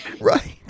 Right